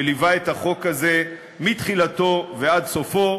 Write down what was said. שליווה את החוק הזה מתחילתו ועד סופו,